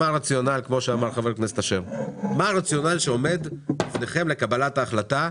כמו שאמר חבר הכנסת אשר מה הרציונל שעומד בפניכם לקבלת ההחלטה,